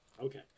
Okay